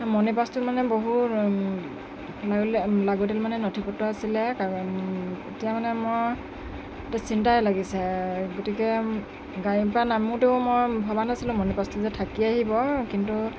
মণি পাৰ্চটোত মানে বহুত লাগলী লাগতিয়াল মানে নথি পত্ৰ আছিলে কাগজ এতিয়া মানে মই চিন্তাই লাগিছে গতিকে গাড়ীৰ পৰা নামোঁতেও মই ভবা নাছিলোঁ মণি পাৰ্চটো যে থাকি আহিব কিন্তু